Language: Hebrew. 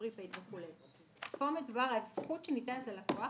--- פה מדובר על הזכות שניתנת ללקוח